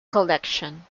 collection